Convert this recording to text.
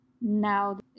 Now